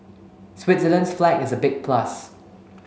Switzerland's flag is a big plus